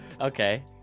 Okay